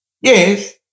Yes